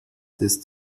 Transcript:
des